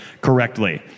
correctly